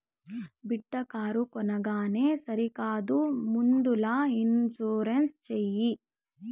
బిడ్డా కారు కొనంగానే సరికాదు ముందల ఇన్సూరెన్స్ చేయి